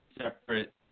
separate